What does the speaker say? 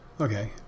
Okay